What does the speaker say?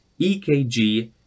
ekg